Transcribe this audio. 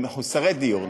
למחוסרי הדיור,